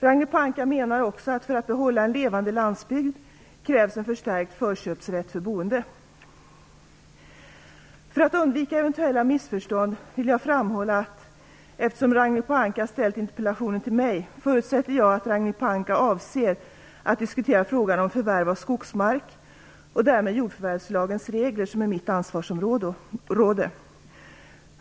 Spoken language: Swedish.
Ragnhild Pohanka menar också att för att behålla en levande landsbygd krävs en förstärkt förköpsrätt för boende. För att undvika eventuella missförstånd vill jag framhålla att eftersom Ragnhild Pohanka ställt interpellationen till mig förutsätter jag att Ragnhild Pohanka avser att diskutera frågan om förvärv av skogsmark och därmed jordförvärvslagens regler, som är mitt ansvarsområde.